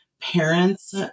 parents